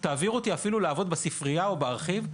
תעביר אותי אפילו לעבוד בספרייה או בארכיב.